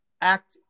act